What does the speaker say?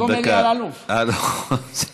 עוד דקה.